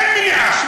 אין מניעה.